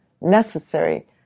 necessary